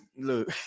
look